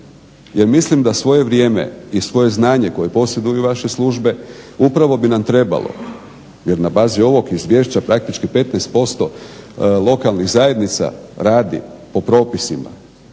Jer mislim da svoje vrijeme i svoje znanje koje posjeduju vaše službe upravo bi nam trebalo, jer na bazi ovog izvješća praktički 15% lokalnih zajednica radi po propisima.